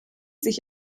sich